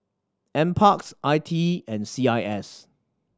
Nparks I T E and C I S